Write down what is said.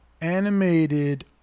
Animated